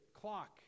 clock